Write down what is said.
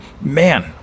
man